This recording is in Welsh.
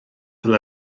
fel